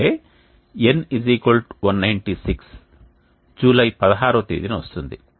N 196 July 16 తేదీన వస్తుంది